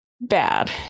bad